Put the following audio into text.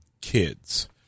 kids